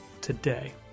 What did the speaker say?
today